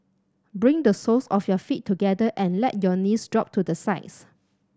bring the soles of your feet together and let your knees drop to the sides